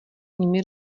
nimi